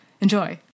Enjoy